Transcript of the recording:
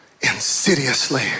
insidiously